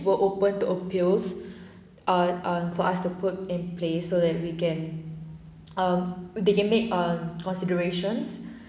were open to appeals ah um for us to put in place so that we can um they can make um considerations